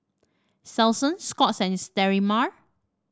Selsun Scott's and Sterimar